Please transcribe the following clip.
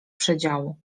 przedziału